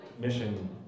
mission